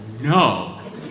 no